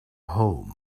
home